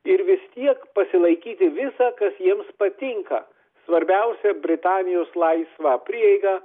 ir vis tiek pasilaikyti visa kas jiems patinka svarbiausia britanijos laisva prieiga